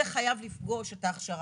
זה חייב לפגוש את ההכשרה,